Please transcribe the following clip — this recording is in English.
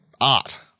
art